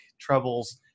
troubles